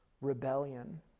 rebellion